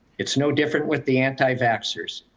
it's no different with the anti-vaxers.